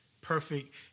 perfect